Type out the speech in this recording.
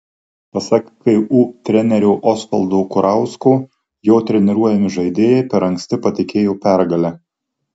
pasak ku trenerio osvaldo kurausko jo treniruojami žaidėjai per anksti patikėjo pergale